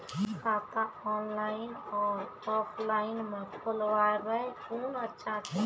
खाता ऑनलाइन और ऑफलाइन म खोलवाय कुन अच्छा छै?